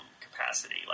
capacity